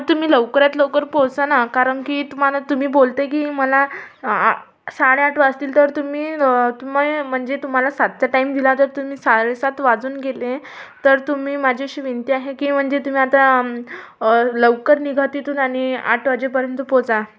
तुम्ही लवकरात लवकर पोहोचा ना कारण की तुम्हाला तुम्ही बोलते की मला साडेआठ वाजतील तर तुम्ही तुम्ही म्हणजे तुम्हाला सातचा टाईम दिला तर तुम्ही साडेसात वाजून गेले तर तुम्ही माझी अशी विनंती आहे की म्हणजे तुम्ही आता लवकर निघा तिथून आणि आठ वाजेपर्यंत पोहोचा